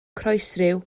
croesryw